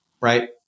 right